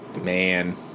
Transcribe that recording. Man